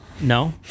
No